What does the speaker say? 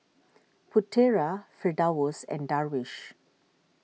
Putera Firdaus and Darwish